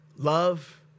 Love